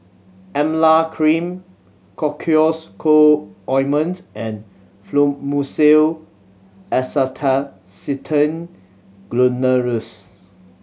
Emla Cream Cocois Co Ointment and Fluimucil Acetylcysteine Granules